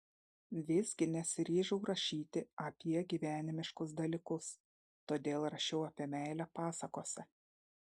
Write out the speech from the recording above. visgi nesiryžau rašyti apie gyvenimiškus dalykus todėl rašiau apie meilę pasakose